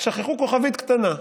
רק שכחו כוכבית קטנה,